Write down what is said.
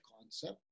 concept